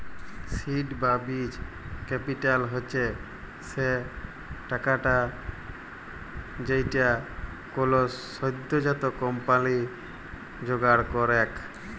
seed বা বীজ capital হচ্ছ সে টাকাটা যেইটা কোলো সদ্যজাত কম্পানি জোগাড় করেক